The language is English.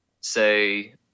say